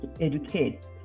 educate